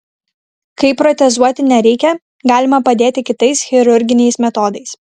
kai protezuoti nereikia galima padėti kitais chirurginiais metodais